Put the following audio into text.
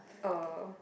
oh